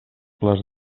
les